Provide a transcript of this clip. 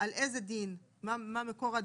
איזה דין מדובר פה,